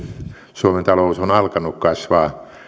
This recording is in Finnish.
suomen talous on alkanut kasvaa